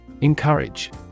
Encourage